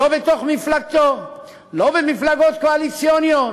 לא בתוך מפלגתו, לא במפלגות קואליציוניות,